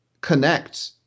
connect